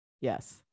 Yes